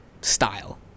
style